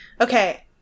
Okay